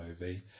movie